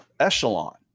echelon